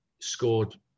scored